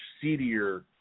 seedier